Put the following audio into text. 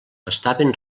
estaven